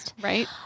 right